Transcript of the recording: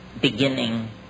beginning